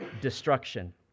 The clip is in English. destruction